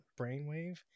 brainwave